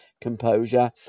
composure